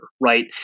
right